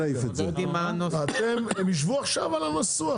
הם יישבו עכשיו על הנושא,